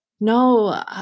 No